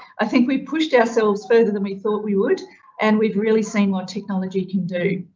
i think we've pushed ourselves further than we thought we would and we've really seen what technology can do.